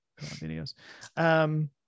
videos